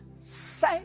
say